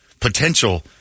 potential